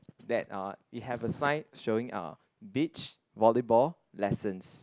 that uh it have a sign showing uh beach volleyball lessons